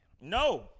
No